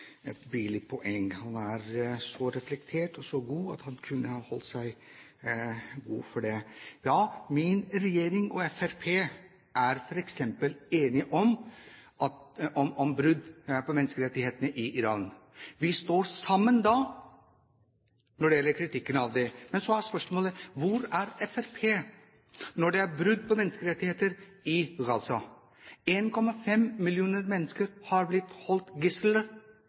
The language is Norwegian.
god at han kunne holdt seg for god til det. Ja, min regjering og Fremskrittspartiet er f.eks. enige om at det er brudd på menneskerettighetene i Iran. Vi står sammen når det gjelder kritikken av det. Men så er spørsmålet: Hvor er Fremskrittspartiet når det er brudd på menneskerettigheter i Gaza – 1,5 millioner mennesker har blitt holdt som gisler